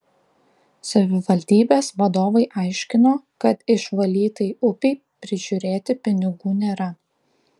savivaldybės vadovai aiškino kad išvalytai upei prižiūrėti pinigų nėra